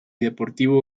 deportivo